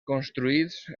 construïts